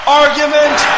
argument